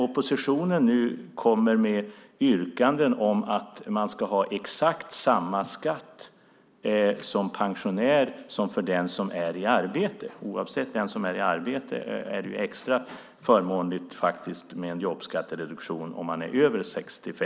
Oppositionen kommer nu med yrkanden om att man som pensionär ska ha exakt samma skatt som den som är i arbete oavsett att den som är i arbete och är över 65 år har en extra förmånlig jobbskattereduktion.